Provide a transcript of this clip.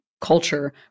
culture